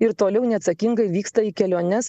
ir toliau neatsakingai vyksta į keliones